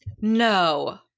No